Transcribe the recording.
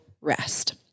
rest